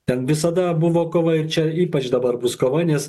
ten visada buvo kova ir čia ypač dabar bus kova nes